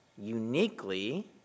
uniquely